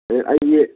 ꯑꯩꯒꯤ